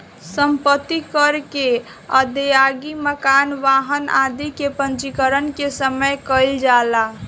सम्पत्ति कर के अदायगी मकान, वाहन आदि के पंजीकरण के समय कईल जाला